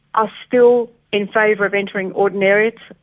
are still in favour of entering ordinariates.